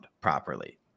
properly